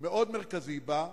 מאוד מרכזי בה,